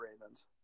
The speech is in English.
Ravens